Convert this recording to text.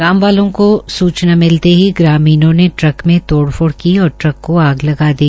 गांवों वालों को सूचना मिलते ही ग्रामीणों ने ट्रक में तोड़ फोड़ की और ट्रक आग लगा दी